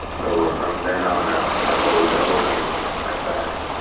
so ah from then on, i've i've always said opening my fast.